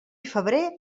febrer